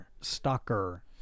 Stalker